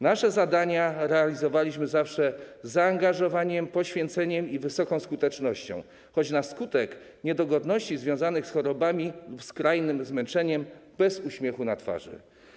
Nasze zadania realizowaliśmy zawsze z zaangażowaniem, poświęceniem i wysoką skutecznością, choć na skutek niedogodności związanych z chorobami, skrajnym zmęczeniem bez uśmiechu na twarzy.